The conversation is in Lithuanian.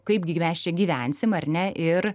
kaipgi mes čia gyvensim ar ne ir